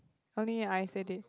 only I said it